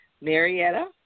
Marietta